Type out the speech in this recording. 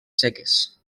seques